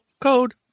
code